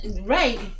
right